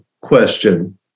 question